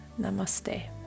Namaste